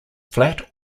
flat